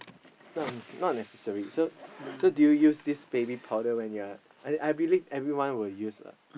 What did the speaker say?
not not necessary so so do you use this baby powder when you are I believe everyone will use lah